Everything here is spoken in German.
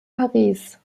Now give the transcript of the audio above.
paris